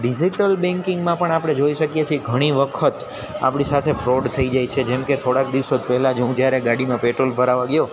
digital બેન્કિંગમાં પણ આપણે જોઈ શકીએ છીએ ઘણી વખત આપણી સાથે ફ્રોડ થઈ જાય છે જેમ કે થોડાક દિવસો જ પહેલા હું જ્યારે ગાડીમાં પેટ્રોલ ભરાવા ગ્યો